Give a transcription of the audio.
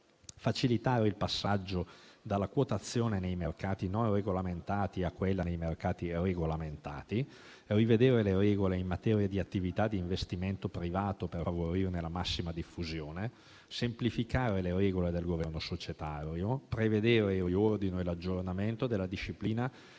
facilitare il passaggio dalla quotazione nei mercati non regolamentati a quella nei mercati regolamentati; rivedere le regole in materia di attività di investimento privato per favorirne la massima diffusione; semplificare le regole del governo societario; prevedere il riordino e l'aggiornamento della disciplina